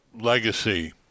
Legacy